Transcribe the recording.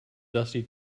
dusty